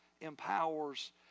empowers